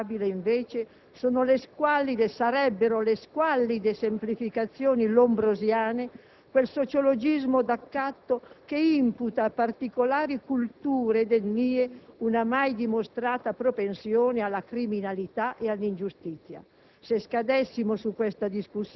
Quello che non sarebbe sopportabile, invece, sarebbero le squallide semplificazioni lombrosiane, quel sociologismo d'accatto che imputa a particolari culture ed etnie una mai dimostrata propensione alla criminalità e all'ingiustizia.